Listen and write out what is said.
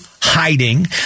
hiding